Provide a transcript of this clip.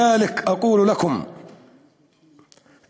(אומר דברים בשפה הערבית,